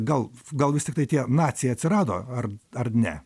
gal gal vis tiktai tie naciai atsirado ar ar ne